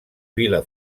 vila